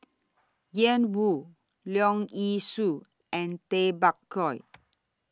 Ian Woo Leong Yee Soo and Tay Bak Koi